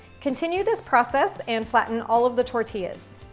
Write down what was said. continue this process and flatten all of the tortillas.